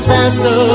Santa